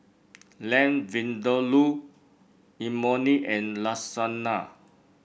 Lamb Vindaloo Imoni and Lasagna